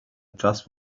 just